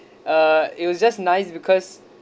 uh it was just nice because